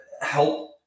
help